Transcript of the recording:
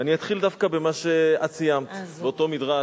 אני אתחיל דווקא במה שסיימת, באותו מדרש.